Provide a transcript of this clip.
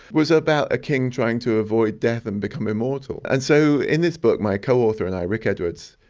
was about a king trying to avoid death and become immortal. and so in this book my co-author and i, rick edwards,